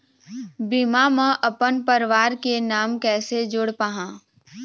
बीमा म अपन परवार के नाम कैसे जोड़ पाहां?